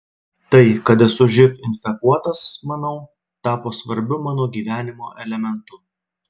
tai kad esu živ infekuotas manau tapo svarbiu mano gyvenimo elementu